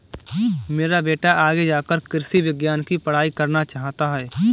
मेरा बेटा आगे जाकर कृषि विज्ञान की पढ़ाई करना चाहता हैं